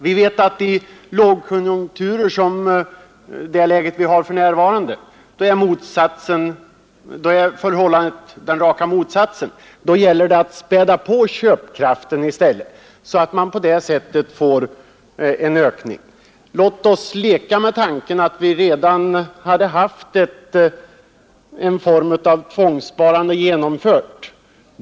Vi vet att i lågkonjunkturer — det läge vi har för närvarande — är förhållandet den raka motsatsen. Då gäller det att späda på köpkraften i stället, så att man på det sättet får en ökning. Låt oss leka med tanken att vi redan hade haft en form av tvångssparande genomförd.